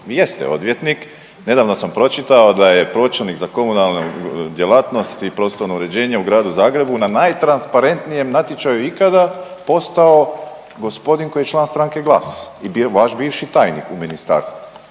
jeste odvjetnik. Nedavno sam pročitao da je pročelnik za komunalnu djelatnost i prostorno uređenje u Gradu Zagrebu na najtransparentnijem natječaju ikada postao gospodin koji je član stranke GLAS i bio vaš bivši tajnik u ministarstvu.